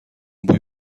بوی